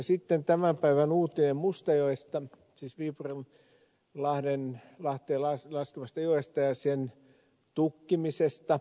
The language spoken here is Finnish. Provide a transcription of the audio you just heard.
sitten tämän päivän uutiseen mustajoesta siis viipurinlahteen laskevasta joesta ja sen tukkimisesta